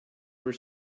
were